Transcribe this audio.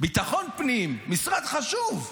ביטחון פנים, משרד חשוב.